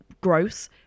gross